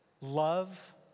love